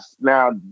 now